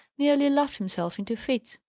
nearly laughed himself into fits.